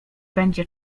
będzie